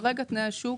כרגע תנאי השוק